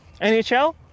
NHL